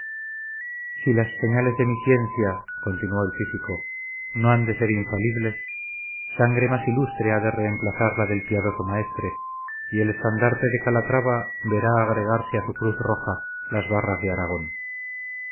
si las señales de mi ciencia continuó el físico no han de ser infalibles sangre más ilustre ha de reemplazar la del piadoso maestre y el estandarte de calatrava verá agregarse a su cruz roja las barras de aragón